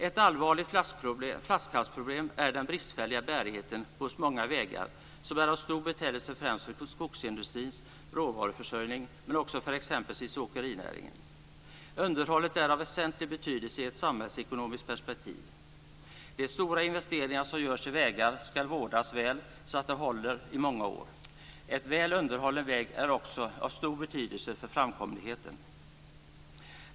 Ett allvarligt flaskhalsproblem är den bristfälliga bärigheten hos många vägar som är av stor betydelse främst för skogsindustrins råvaruförsörjning men också för exempelvis åkerinäringen. Underhållet är av väsentlig betydelse i ett samhällsekonomiskt perspektiv. Det är stora investeringar som görs i vägar, och därför ska vägarna vårdas väl så att de håller i många år. En väl underhållen väg är också av stor betydelse för framkomligheten.